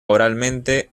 oralmente